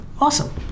Awesome